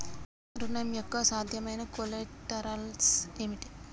ఋణం యొక్క సాధ్యమైన కొలేటరల్స్ ఏమిటి?